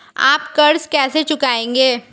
आप कर्ज कैसे चुकाएंगे?